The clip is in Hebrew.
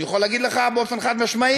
אני יכול להגיד לך באופן חד-משמעי,